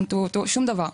שום דבר.